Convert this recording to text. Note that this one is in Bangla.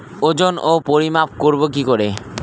ওজন ও পরিমাপ করব কি করে?